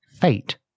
fate